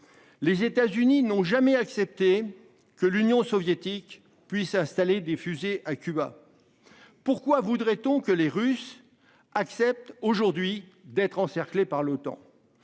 Les États-Unis n'ont jamais accepté que l'Union soviétique puisse installer des fusées à Cuba. Pourquoi voudrait-on que les Russes acceptent aujourd'hui d'être encerclée par l'OTAN.